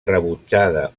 rebutjada